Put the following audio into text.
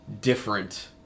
different